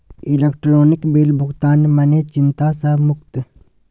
electronic bill भुगतान मने चिंता सँ मुक्ति